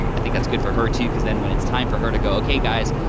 i think that's good for her too, cuz then when it's time for her to go, okay guys,